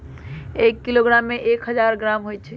एक किलोग्राम में एक हजार ग्राम होई छई